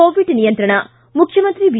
Covid ನಿಯಂತ್ರಣ ಮುಖ್ಯಮಂತ್ರಿ B